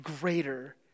greater